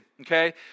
okay